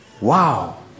Wow